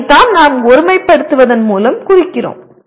அதைத்தான் நாம் ஒருமை படுத்துவதன் மூலம் குறிக்கிறோம்